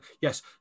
Yes